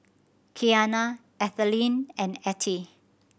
Qiana Ethelyn and Attie